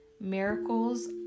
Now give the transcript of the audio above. miracles